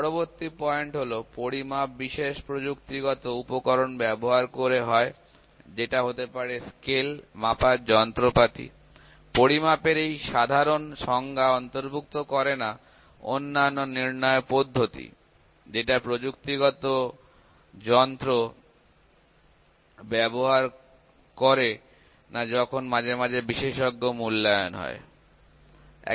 পরবর্তী পয়েন্ট হল পরিমাপ বিশেষ প্রযুক্তিগত উপকরণ ব্যবহার করে হয় যেটা হতে পারে স্কেল মাপার যন্ত্রপাতি পরিমাপের এই সাধারণ সংজ্ঞা যখন মাঝে মাঝে বিশেষজ্ঞ মূল্যায়ন হয় অন্যান্য নির্ণয় পদ্ধতি যারা প্রযুক্তিগত যন্ত্র ব্যবহার করে না তাদের অন্তর্ভুক্ত করে না